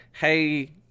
hey